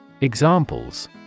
Examples